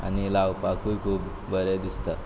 आनी लावपाकूय खूब बरें दिसता